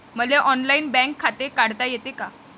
मले online bank खाते काढता येते का?